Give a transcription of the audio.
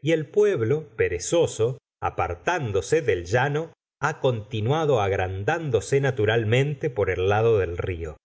y el pueblo perezoso apartándose del llano ha continuado agrandándose naturalmente por el lado del río